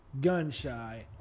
gun-shy